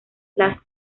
las